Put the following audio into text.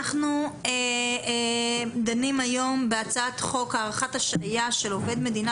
אנחנו דנים היום בהצעת חוק הארכת השעיה של עובד מדינה